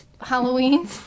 Halloween